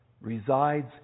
resides